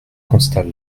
constat